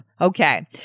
Okay